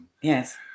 Yes